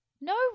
No